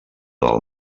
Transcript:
del